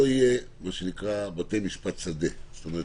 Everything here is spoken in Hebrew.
מן הסתם כדי להציג את הדברים: אתמול פורסמה כתבה על